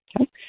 okay